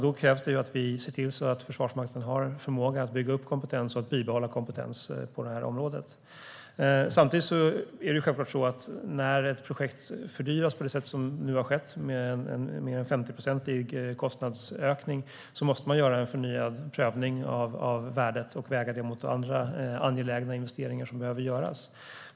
Det krävs att vi ser till att Försvarsmakten har förmåga att bygga upp och bibehålla kompetens på området. När ett projekt fördyras på det här sättet - det är en kostnadsökning på mer än 50 procent - måste man göra en förnyad prövning av värdet och väga det mot andra angelägna investeringar som behöver göras.